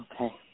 Okay